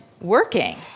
working